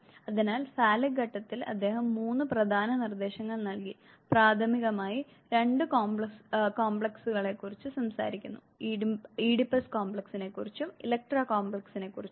അതിനാൽ ഫാലിക് ഘട്ടത്തിൽ അദ്ദേഹം മൂന്ന് പ്രധാന നിർദ്ദേശങ്ങൾ നൽകി പ്രാഥമികമായി 2 കോംപ്ലക്സുകളെക്കുറിച്ച് സംസാരിക്കുന്നു ഈഡിപ്പസ് കോംപ്ലക്സിനെക്കുറിച്ചും ഇലക്ട്ര കോംപ്ലക്സിനെക്കുറിച്ചും